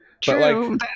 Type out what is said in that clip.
true